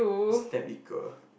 step 一个